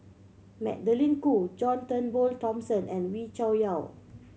Magdalene Khoo John Turnbull Thomson and Wee Cho Yaw